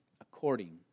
according